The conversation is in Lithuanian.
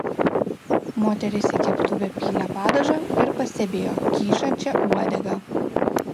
moteris į keptuvę pylė padažą ir pastebėjo kyšančią uodegą